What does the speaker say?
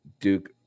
Duke